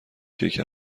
کیک